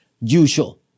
usual